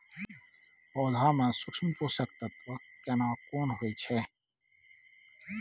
पौधा में सूक्ष्म पोषक तत्व केना कोन होय छै?